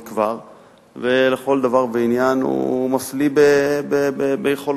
ולכל דבר ועניין הוא מפליא ביכולותיו,